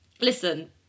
listen